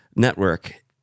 network